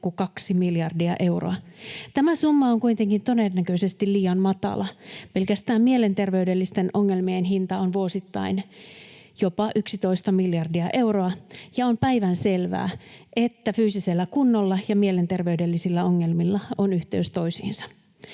jopa 3,2 miljardia euroa. Tämä summa on kuitenkin todennäköisesti liian matala. Pelkästään mielenterveydellisten ongelmien hinta on vuosittain jopa 11 miljardia euroa, ja on päivänselvää, että fyysisellä kunnolla ja mielenterveydellisillä ongelmilla on yhteys toisiinsa.